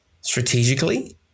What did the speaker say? strategically